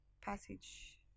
passage